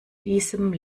diesem